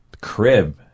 Crib